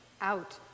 out